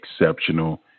exceptional